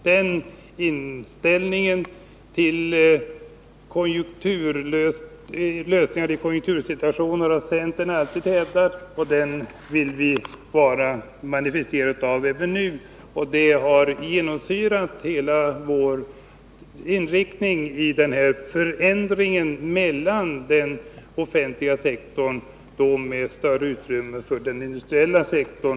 Den inställningen till lösningar i besvärliga konjunktursituationer har centern alltid haft, och den vill vi manifestera även nu. Och denna uppfattning har genomsyrat hela vår inriktning när det gäller förändringen av utrymmet för den offentliga sektorn så att det blir ett större utrymme för den industriella sektorn.